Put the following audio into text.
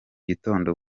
gitondo